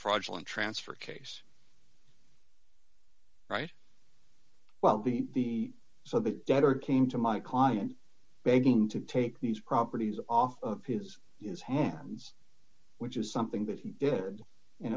fraudulent transfer case right well he so the debtor came to my client begging to take these properties off of his use hands which is something that he did and